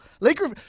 laker